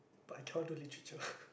but I cannot do literature